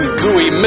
gooey